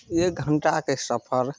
एक घण्टाके सफर